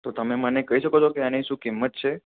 તો તમે મને કહી શકો છો કે એની શું કિંમત છે